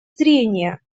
зрения